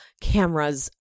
cameras